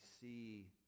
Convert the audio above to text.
see